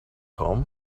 home